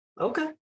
Okay